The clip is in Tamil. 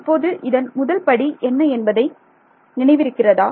இப்போது இதன் முதல்படி என்ன என்பதை என்பது நினைவிருக்கிறதா